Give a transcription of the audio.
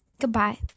Goodbye